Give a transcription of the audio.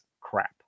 crap